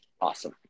Awesome